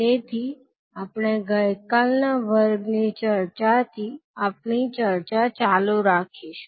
તેથી આપણે ગઈકાલના વર્ગની ચર્ચા થી આપણી ચર્ચા ચાલુ રાખીશું